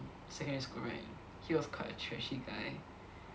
secondary school right he was quite a trashy guy